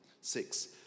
six